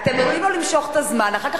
אתם נותנים לו למשוך את הזמן ואחר כך